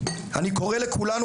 אני קורא לכולנו,